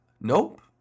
Nope